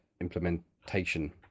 implementation